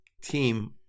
team